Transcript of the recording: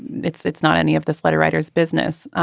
it's it's not any of this letter writers business.